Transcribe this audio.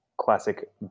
classic